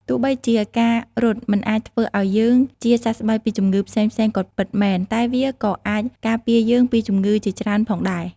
ទោះបីជាការរត់មិនអាចធ្វើឲ្យយើងជាសះស្បើយពីជំងឺផ្សេងៗក៏ពិតមែន តែវាក៏អាចការពារយើងពីជំងឺជាច្រើនផងដែរ។